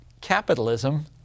capitalism